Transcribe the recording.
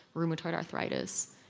rheumatoid arthritis,